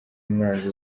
umwanzi